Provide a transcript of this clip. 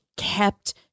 kept